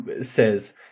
says